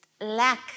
lack